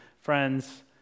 friends